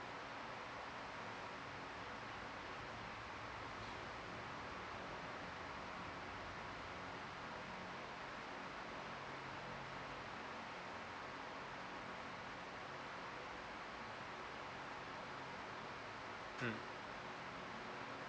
mm